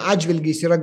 atžvilgiais yra